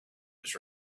was